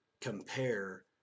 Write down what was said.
compare